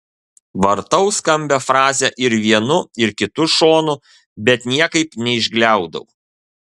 vartau skambią frazę ir vienu ir kitu šonu bet niekaip neišgliaudau